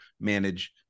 manage